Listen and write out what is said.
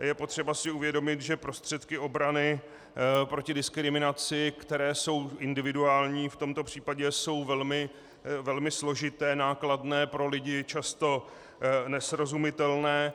Je potřeba si uvědomit, že prostředky obrany proti diskriminaci, které jsou individuální, v tomto případě jsou velmi složité, nákladné, pro lidi často nesrozumitelné.